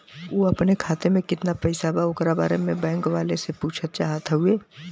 उ अपने खाते में कितना पैसा बा ओकरा बारे में बैंक वालें से पुछल चाहत हवे?